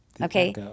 okay